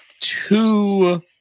two